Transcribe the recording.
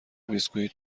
بیسکوییت